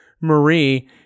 Marie